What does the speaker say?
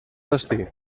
destí